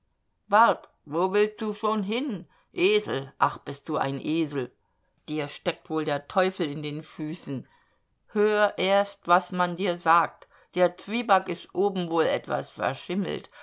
wo willst du schon hin esel ach bist du ein esel dir steckt wohl der teufel in den füßen hör erst was man dir sagt der zwieback ist oben wohl etwas verschimmelt